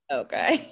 okay